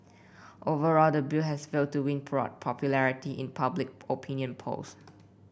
overall the bill has failed to win broad popularity in public opinion polls